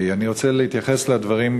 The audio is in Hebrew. אני רוצה להתייחס לדברים,